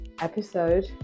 episode